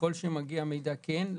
ככל שמגיע מידע כן.